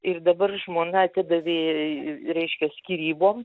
ir dabar žmona atidavė reiškia skyrybom